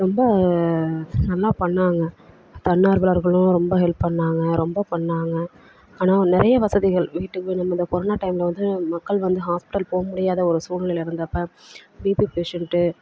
ரொம்ப நல்லா பண்ணாங்க தன்னார்வலர்களும் ரொம்ப ஹெல்ப் பண்ணாங்க ரொம்ப பண்ணாங்க ஆனால் நிறைய வசதிகள் வீட்டுக்கு இந்த கொரோனா டைமில் வந்து மக்கள் வந்து ஹாஸ்பிட்டல் போக முடியாத ஒரு சூழ்நிலை வந்தப்போ பிபி பேஷண்ட்டு